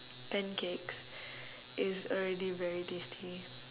pancakes is already very tasty